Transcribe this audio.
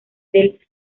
del